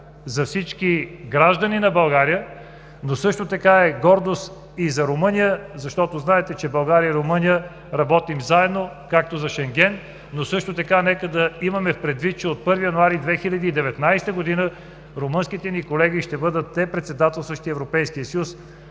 за всички граждани на България, но също така е гордост и за Румъния, защото знаете, че България и Румъния работим заедно, както за Шенген, но също така нека да имаме предвид, че от 1 януари 2019 г. румънските ни колеги ще бъдат председателстващи Европейския съюз,